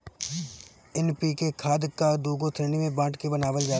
NPK खाद कअ दूगो श्रेणी में बाँट के बनावल जाला